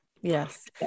Yes